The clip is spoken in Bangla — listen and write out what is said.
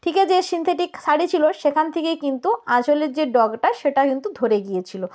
ঠেকে যেয়ে সিন্থেটিক শাড়ি ছিল সেখান থেকেই কিন্তু আঁচলের যে ডগাটা সেটা কিন্তু ধরে গিয়েছিল